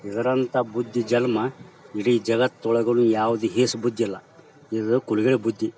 ಇದರಂಥ ಬುದ್ಧಿ ಜನ್ಮ ಇಡೀ ಜಗತ್ತೊಳಗೂ ಯಾವ್ದು ಹೇಸ್ ಬುದ್ಧಿ ಇಲ್ಲ ಇದು ಕುಡುವೆ ಬುದ್ಧಿ